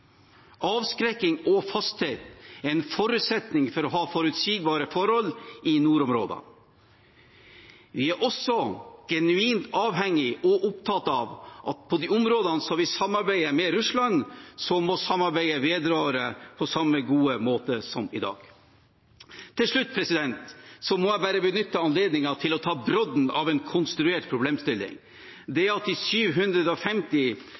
Avskrekking og fasthet er en forutsetning for å ha forutsigbare forhold i nordområdene. Vi er også genuint avhengig og opptatt av at på de områdene vi samarbeider med Russland, må samarbeidet vedvare på samme gode måte som i dag. Til slutt må jeg bare benytte anledningen til å ta brodden av en konstruert problemstilling: det